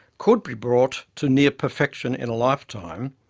could be brought to near perfection in a lifetime,